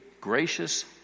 gracious